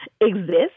exist